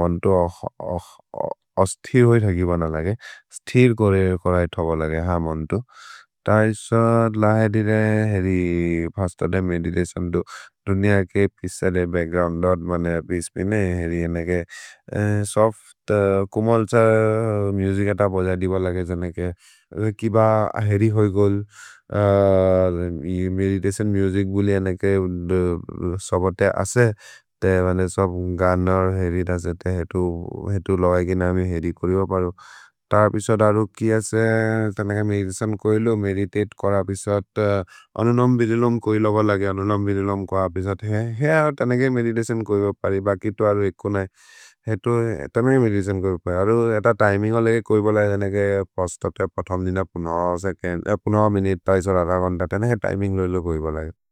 मन्तु अस्थिर् होइ थगि बन लगे, स्थिर् कोरे कोरै थब लगे, ह मन्तु। त अबिस्वद् ल हेरि रे, हेरि फस्तदे मेदिततिओन् तु, दुन्य के फिसदे बच्क्ग्रोउन्द् दोत्, मने अबिस्विने हेरि ह्ēनेके। सफ्त् कुमल् त्स म्जुजिक त बजदि ब लगे जनेके, किब हेरि होइ गोल्, मेदिततिओन् म्जुजिक् बुले ह्ēनेके सबते असे, ते बने सप्त् गनर् हेरि तसे, ते हेतु, हेतु लगे नमि हेरि कोरिब परो। त अबिस्वद् अरु कि असे, तनेके मेदिततिओन् कोइलो, मेदित्ēत् कर् अबिस्वद्, अनुनम्बिरिलोम् कोइलो ब लगे, अनुनम्बिरिलोम् को अबिस्वद् ह्ēने। ह्ē अर् तनेके मेदिततिओन् कोइब परि, बकितु अरु एक्को नै, हेतु तनेके मेदिततिओन् कोइब परि, अरु अत तिमिन्गो लगे कोइबोल ह्ēनेके फस्तते। पथṁ दिन पुन सेकेन्द्, पुन मिनित्, तै सरध कन्त, तनेके तिमिन्गो लोइलो कोइबोल ह्ēनेके।